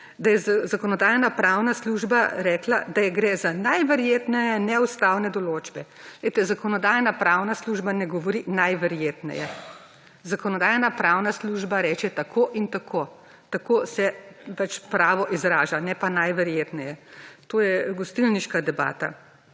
da je Zakonodajno-pravna služba rekla, da gre za najverjetneje neustavne odločbe. Poglejte, Zakonodajno-pravna služba ne govori najverjetneje. Zakonodajno-pravna služba reče tako in tako, tako se pravo izraža ne pa najverjetneje. To je gostilniška debata.